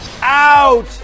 out